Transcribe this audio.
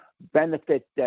benefit